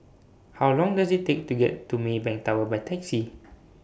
How Long Does IT Take to get to Maybank Tower By Taxi